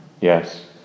yes